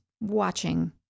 watching